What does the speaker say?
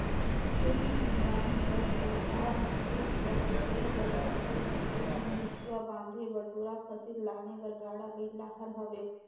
खेती किसानी कर अउजार मे खेत कर जोतई बर नांगर, कटई मे हेसुवा, बांधे बर डोरा, फसिल लाने बर गाड़ा बइला हर हवे